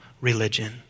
religion